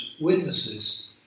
witnesses